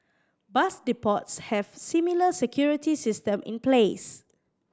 bus depots have similar security system in place